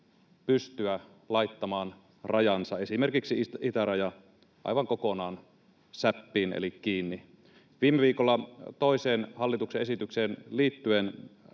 pystyä laittamaan rajansa, esimerkiksi itärajan, aivan kokonaan säppiin eli kiinni. Viime viikolla toiseen hallituksen esitykseen liittyen